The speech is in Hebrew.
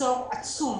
ממחסור עצום